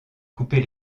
coupé